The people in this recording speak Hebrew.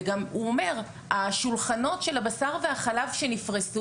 וגם הוא אומר - השולחנות של הבשר והחלב שנפרסו,